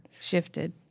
shifted